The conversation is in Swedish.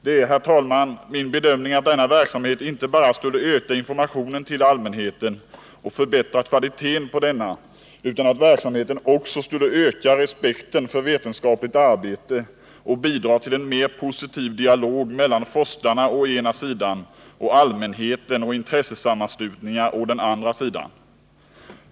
Det är, herr talman, min bedömning att denna verksamhet inte bara skulle öka informationen till allmänheten och förbättra kvaliteten på denna utan också skulle öka respekten för vetenskapligt arbete och bidra till en mer positiv dialog mellan forskarna å ena sidan och allmänheten och intressesammanslutningar å den andra sidan.